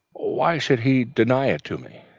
why should he deny it to me?